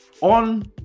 on